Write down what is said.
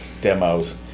demos